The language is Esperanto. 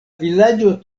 vilaĝo